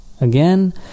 Again